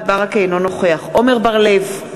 אינו נוכח עמר בר-לב,